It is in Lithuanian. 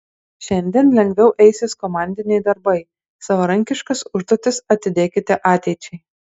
šiandien lengviau eisis komandiniai darbai savarankiškas užduotis atidėkite ateičiai